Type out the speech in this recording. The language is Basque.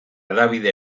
hedabide